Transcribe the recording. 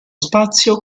spazio